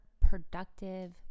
productive